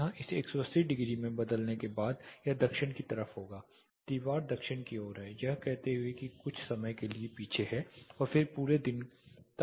यहां इसे 180 डिग्री में बदलने के बाद यह दक्षिण की तरफ होगा दीवार दक्षिण की ओर है यह कहते हुए कि कुछ समय के लिए पीछे है छायांकन और फिर पूरे दिन यह सतह का सामना कर रहा है